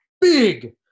big